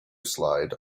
slide